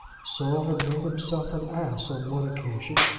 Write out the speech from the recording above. saul had made himself an ass on one occasion,